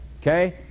okay